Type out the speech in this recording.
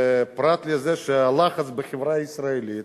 ופרט לזה שהלחץ בחברה הישראלית,